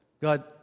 God